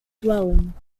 dwelling